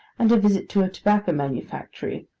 and a visit to a tobacco manufactory,